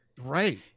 Right